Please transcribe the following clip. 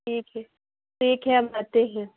ٹھیک ہے ٹھیک ہے ہم آتے ہیں